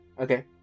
okay